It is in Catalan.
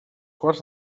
quarts